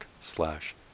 slash